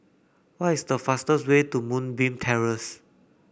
what is the fastest way to Moonbeam Terrace